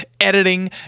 editing